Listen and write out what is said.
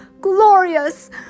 glorious